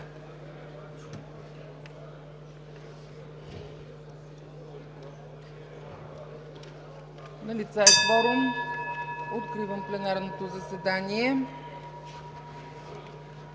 Налице е кворум. Откривам пленарното заседание.